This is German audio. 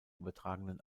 übertragenen